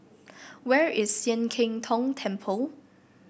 where is Sian Keng Tong Temple